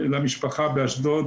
זו השאלה השנייה,